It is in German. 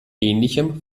ähnlichem